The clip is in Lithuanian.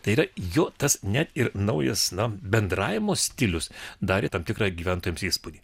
tai yra jo tas net ir naujas na bendravimo stilius darė tam tikrą gyventojams įspūdį